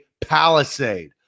Palisade